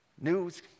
news